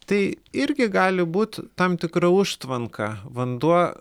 tai irgi gali būt tam tikra užtvanka vanduo